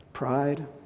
Pride